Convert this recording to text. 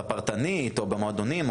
הפרטני או במועדונים,